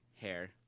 Hair